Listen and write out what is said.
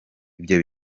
ibyo